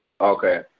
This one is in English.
Okay